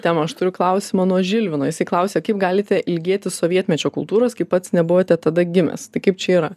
temą aš turiu klausimą nuo žilvino jisai klausia kaip galite ilgėtis sovietmečio kultūros kai pats nebuvote tada gimęs tai kaip čia yra